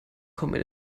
kommen